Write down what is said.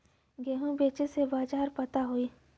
गेहूँ बेचे के बाजार पता होई?